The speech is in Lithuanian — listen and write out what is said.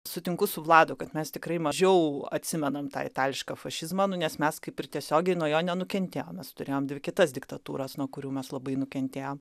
sutinku su vladu kad mes tikrai mažiau atsimenam tą itališką fašizmą nu nes mes kaip ir tiesiogiai nuo jo nenukentėjom mes turėjom dvi kitas diktatūras nuo kurių mes labai nukentėjom